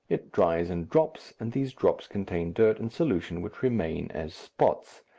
it dries in drops, and these drops contain dirt in solution which remain as spots.